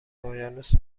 اقیانوس